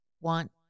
want